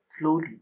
slowly